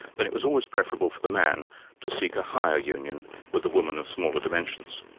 then it was always preferable for the man to seek a higher union with a woman of smaller dimensions.